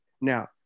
Now